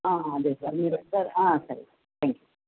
అదే సార్ మీరు ఒకసారి సరే సార్ థ్యాంక్ యూ